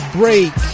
break